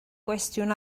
gwestiwn